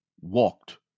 walked